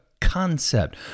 concept